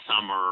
Summer